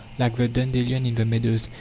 like the dandelion in the meadows.